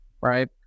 Right